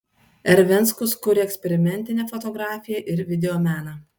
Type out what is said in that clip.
r venckus kuria eksperimentinę fotografiją ir videomeną